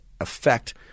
effect